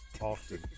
often